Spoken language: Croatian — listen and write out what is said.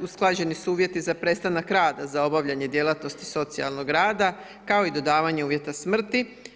usklađeni su uvijete za prestanak rada za obavljanje djelatnosti socijalnog rada, kao i dodavanja uvjeta smrti.